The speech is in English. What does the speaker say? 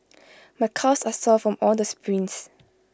my calves are sore from all the sprints